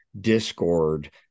discord